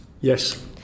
Yes